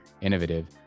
innovative